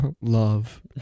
Love